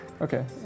Okay